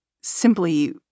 simply